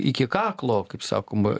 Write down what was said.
iki kaklo kaip sakoma